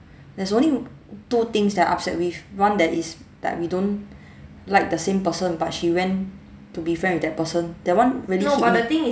there's only two things that I'm upset with one that is that we don't like the same person but she went to be friend with that person that one really